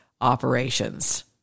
operations